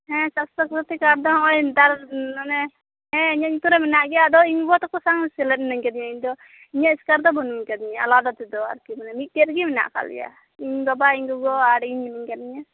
ᱦᱮᱸ ᱥᱟᱥᱛᱷᱚ ᱥᱟᱛᱷᱤ ᱠᱟᱨᱰ ᱫᱚ ᱱᱚᱭ ᱱᱮᱛᱟᱨ ᱚᱱᱮ ᱦᱮᱸ ᱤᱧᱟᱜ ᱧᱩᱛᱩᱢ ᱨᱮ ᱢᱮᱱᱟᱜ ᱜᱮᱭᱟ ᱟᱫᱚ ᱤᱧ ᱜᱚᱜᱚ ᱛᱟᱠᱚ ᱥᱟᱶ ᱥᱮᱞᱮᱫ ᱢᱮᱱᱟᱜ ᱟᱠᱟᱫᱤᱧᱟ ᱤᱧᱫᱚ ᱮᱥᱠᱟᱨ ᱫᱚ ᱵᱟᱹᱱᱩᱧ ᱟᱠᱟᱫᱤᱧᱟ ᱟᱞᱟᱫᱟ ᱛᱮᱫᱚ ᱟᱨᱠᱤ ᱢᱟᱱᱮ ᱢᱤᱫᱴᱮᱡ ᱨᱮᱜᱮ ᱢᱮᱱᱟᱜ ᱟᱠᱟᱫ ᱞᱮᱭᱟ ᱤᱧ ᱵᱟᱵᱟ ᱤᱧ ᱜᱚᱜᱚ ᱟᱨ ᱤᱧ ᱢᱮᱱᱟᱤᱧ ᱟᱠᱟᱫᱤᱧᱟ